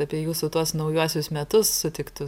apie jūsų tuos naujuosius metus sutiktus